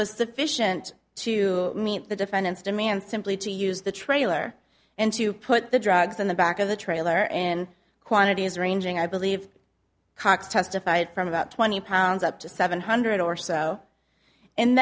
was sufficient to meet the defendants demand simply to use the trailer and to put the drugs in the back of the trailer in quantities ranging i believe cox testified from about twenty pounds up to seven hundred or so and